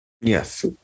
Yes